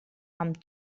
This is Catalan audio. amb